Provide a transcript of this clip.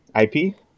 IP